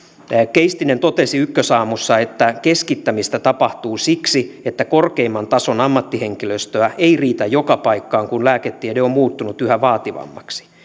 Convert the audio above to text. keistinen totesi ykkösaamussa että keskittämistä tapahtuu siksi että korkeimman tason ammattihenkilöstöä ei riitä joka paikkaan kun lääketiede on on muuttunut yhä vaativammaksi